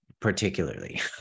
particularly